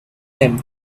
him